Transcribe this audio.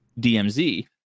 DMZ